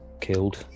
killed